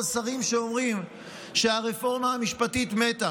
שרים שאומרים שהרפורמה המשפטית מתה,